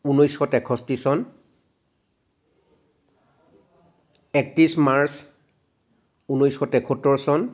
ঊনৈছশ তেষষ্ঠি চন একত্ৰিছ মাৰ্চ ঊনৈছশ তেসত্তৰ চন